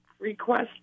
request